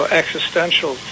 existential